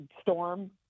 storm